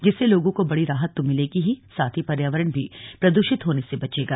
जिससे लोगों को बड़ी राहत तो मिलेगी ही पर्यावरण भी प्रदृषित होने से बचेगा